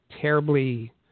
terribly